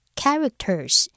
characters